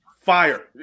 fire